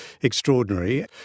extraordinary